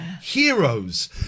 heroes